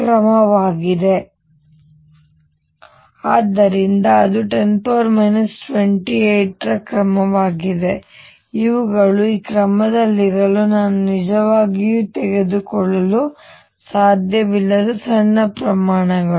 ಆದ್ದರಿಂದ ಅದು10 28 ರ ಕ್ರಮವಾಗಿದೆ ಇವುಗಳು ಈ ಕ್ರಮದಲ್ಲಿರಲು ನಾನು ನಿಜವಾಗಿಯೂ ತೆಗೆದುಕೊಳ್ಳಲು ಸಾಧ್ಯವಿಲ್ಲದ ಸಣ್ಣ ಪ್ರಮಾಣಗಳು